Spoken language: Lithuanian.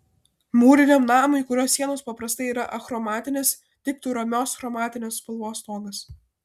mūriniam namui kurio sienos paprastai yra achromatinės tiktų ramios chromatinės spalvos stogas